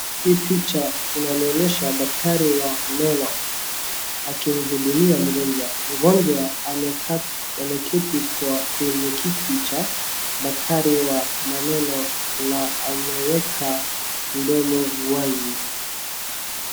Hii picha inanionesha daktari wa meno akimhudumia mgonjwa ameketi kwenye kiti cha daktari wa maneno na ameweka mdomo wazi.